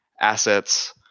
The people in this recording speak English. assets